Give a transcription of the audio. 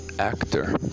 actor